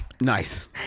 Nice